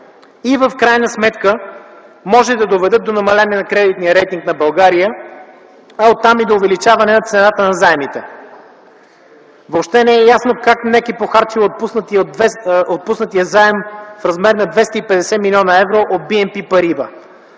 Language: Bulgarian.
и в крайна сметка може да доведат до намаляване на кредитния рейтинг на България, а оттам и до увеличаване на цената на заемите. Въобще не е ясно как НЕК е похарчила отпуснатия заем в размер на 250 млн. евро от БНП „Париба”.